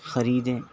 خریدیں